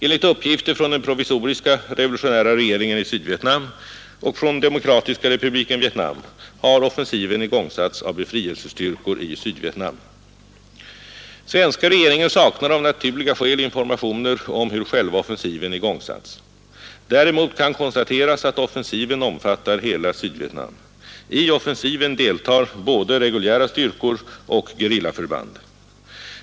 Enligt uppgifter från den provisoriska revolutionära regeringen i Sydvietnam och från Demokratiska republiken Vietnam har offensiven igångsatts av befrielsestyrkor i Sydvietnam. Svenska regeringen saknar av naturliga skäl informationer om hur själva offensiven igångsatts. Däremot kan konstateras att offensiven omfattar hela Sydvietnam. I offensiven deltar både reguljära styrkor och gerillaförband.